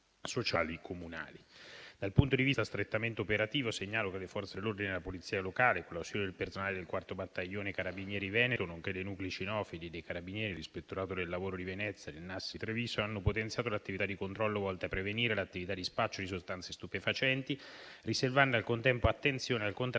Dal punto di vista strettamente operativo segnalo che le Forze dell'ordine e la Polizia locale, con l'ausilio del personale del 4° Battaglione Carabinieri Veneto, nonché dei nuclei cinofili, dei Carabinieri dell'ispettorato del lavoro di Venezia e del NAS di Treviso, hanno potenziato le attività di controllo volte a prevenire le attività di spaccio di sostanze stupefacenti, riservando al contempo attenzione al contrasto